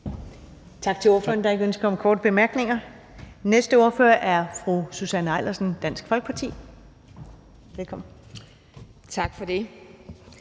Tak til ordføreren. Der er ikke ønske om korte bemærkninger. Den næste ordfører er fru Susanne Eilersen, Dansk Folkeparti. Velkommen. Kl.